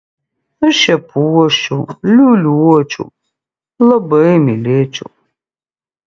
aš ją puoščiau liūliuočiau labai mylėčiau